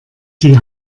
die